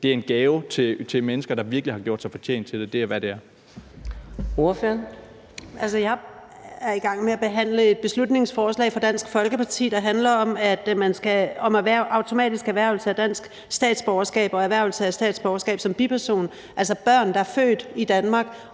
Ordføreren. Kl. 18:03 Kirsten Normann Andersen (SF): Altså, jeg er i gang med at behandle et beslutningsforslag fra Dansk Folkeparti, der handler om automatisk erhvervelse af dansk statsborgerskab og erhvervelse af statsborgerskab som biperson, altså at også børn, der er født i Danmark,